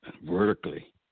vertically